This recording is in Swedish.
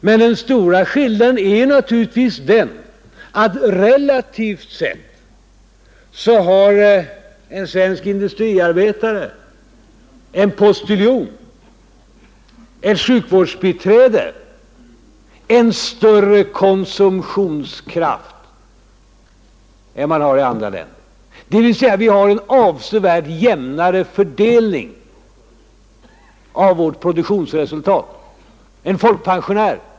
Men den stora skillnaden är naturligtvis den, relativt sett, att en industriarbetare, en postiljon eller ett sjukvårdsbiträde i Sverige har större konsumtionskraft än motsvarande yrkesgrupper i andra länder. Det gäller också en folkpensionär eller en bonde. Vi har avsevärt jämnare fördelning av vårt produktionsresultat.